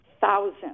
thousands